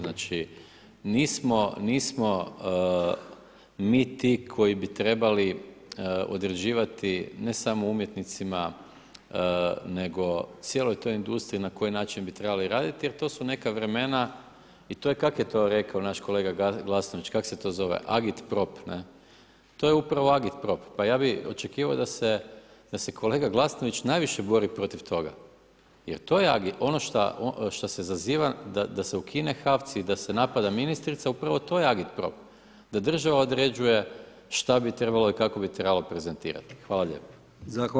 Znači nismo mi ti koji bi trebali odrađivati ne samo umjetnicima, nego cijeloj toj industriji, na koji način bi trebali raditi, jer to su nekakva vremena i kak je to rekao naš kolega Glasnović, kak se to zove, Agitprop, to je upravo Agitprop, pa ja bi očekivao da se kolega Glasnović najviše bori protiv toga, ono šta se zaziva, da se ukine HAVC i da se napada ministrica, upravo to je Agitprop, da država određuje šta bi trebalo i kako bi trebalo prezentirati.